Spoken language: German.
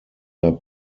der